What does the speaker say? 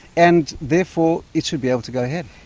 and therefore it should be able to go ahead.